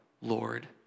Lord